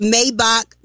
Maybach